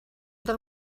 del